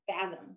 fathom